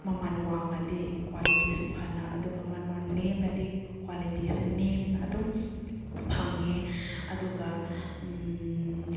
ꯃꯃꯜ ꯋꯥꯡꯉꯗꯤ ꯀ꯭ꯋꯥꯂꯤꯇꯤꯁꯨ ꯐꯅ ꯑꯗꯨꯒ ꯃꯃꯜ ꯅꯦꯝꯂꯗꯤ ꯀ꯭ꯋꯥꯂꯤꯇꯤꯁꯨ ꯅꯦꯝꯅ ꯑꯗꯨꯝ ꯐꯪꯉꯦ ꯑꯗꯨꯒ